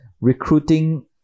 recruiting